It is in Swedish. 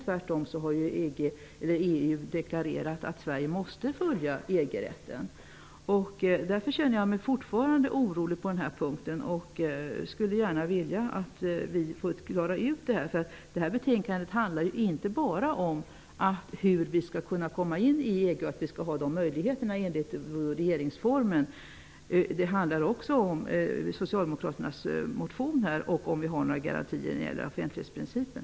Tvärtom har EU deklarerat att Sverige måste följa EG-rätten. Därför känner jag mig fortfarande orolig på den här punkten. Jag skulle vilja att vi klarade ut den här frågan. Det här betänkandet handlar inte bara om hur vi skall komma in i EG och vilka möjligheter vi skall ha enligt regeringsformen. Det handlar också om socialdemokraternas motion och om vi har några garantier för offentlighetsprincipen.